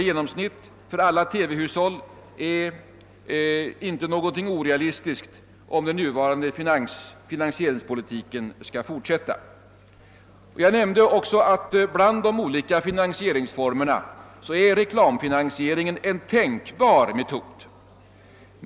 i genomsnitt för alla TV-hushåll är inte någonting orealistiskt, om den nuvarande finansieringspolitiken skall fortsätta. Jag nämnde också att bland de olika finansieringsmöjligheterna reklamfinansieringen är en tänkbar utväg.